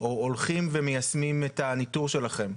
הולכים ומיישמים את הניטור שלכם?